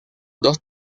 dos